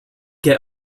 get